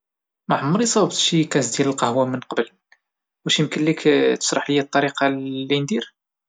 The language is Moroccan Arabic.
ما عمري صاوبت شي كاس ديال القهوة من قبل، واش ممكن تشرح لي الطريقة اللي ندير؟